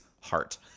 heart